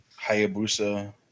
Hayabusa